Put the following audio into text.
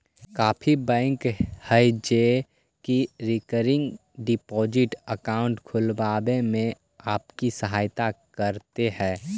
काफी बैंक हैं जो की रिकरिंग डिपॉजिट अकाउंट खुलवाने में आपकी सहायता करते हैं